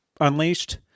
unleashed